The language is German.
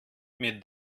mit